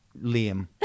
Liam